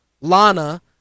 Lana